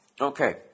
Okay